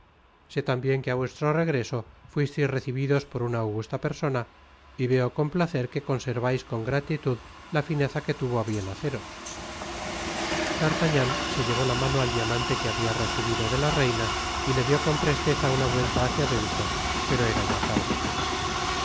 sé tambien que á vuestro regreso fuisteis recibido por una augusta persona y veo con placer que conservais con gratitud la fineza que tuvo á bien haceros d'artagnan se llevó la mano al diamante que habia recibido de la reina y le dió con presteza una vuelta hácia dentro pero era ya tarde